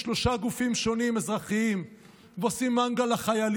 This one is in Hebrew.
ונאמר 'אמן'".